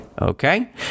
okay